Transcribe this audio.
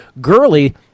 Gurley